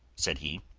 said he.